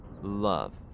love